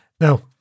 Now